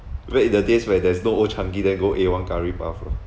back in the days where there's no old chang kee then go A one curry puff lah